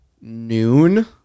noon